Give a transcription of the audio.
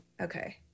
Okay